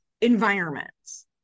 environments